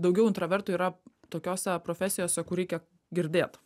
daugiau intravertų yra tokiose profesijose kur reikia girdėt